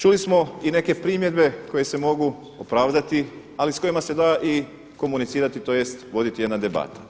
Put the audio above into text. Čuli smo i neke primjedbe koje se mogu opravdati, ali s kojima se da i komunicirati tj. voditi jedna debata.